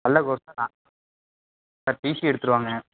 நல்ல கோர்ஸ் தான் நான் சார் டிசி எடுத்துட்டு வாங்க